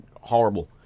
horrible